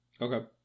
Okay